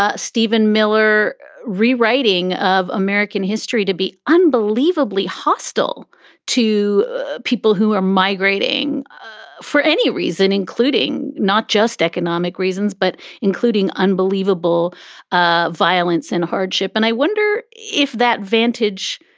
ah stephen miller rewriting of american history to be unbelievably hostile to people who are migrating ah for any reason, including not just economic reasons, but including unbelievable ah violence and hardship. and i wonder if that vantage.